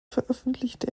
veröffentlichte